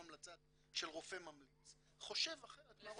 המלצה של רופא ממליץ חושב אחרת מרופא ממליץ.